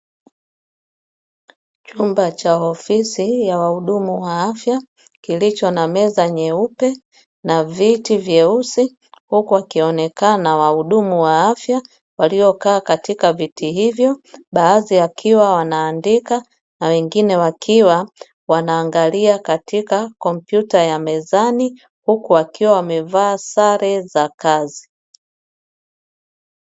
Chumba cha ofisi ya wahudumu wa afya kilicho na meza nyeupe na viti vyeusi huku wakionekana wahudumu wa afya waliokaa katika viti hivyo, baadhi wakiwa wanaandika na wengine wakiwa wanaangalia katika kompyuta ya mezani; huku wakiwa wamevaa sare za kazi.